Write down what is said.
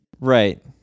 Right